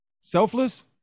selfless